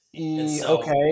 Okay